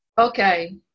Okay